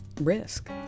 risk